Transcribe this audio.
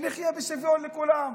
שנחיה בשוויון לכולם,